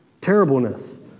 terribleness